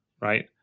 Right